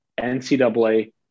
NCAA